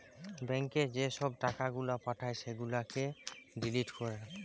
ব্যাংকে যে ছব টাকা গুলা পাঠায় সেগুলাকে ডিলিট ক্যরে